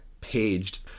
paged